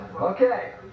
Okay